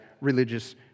religious